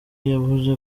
yavuze